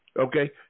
okay